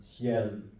shell